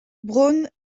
browne